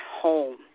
home